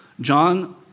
John